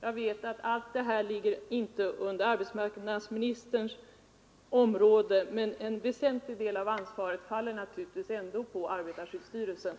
Jag vet att alla dessa åtgärder inte ligger under arbetsmarknadsministerns område, men en väsentlig del av ansvaret faller naturligtvis på arbetarskyddsstyrelsen.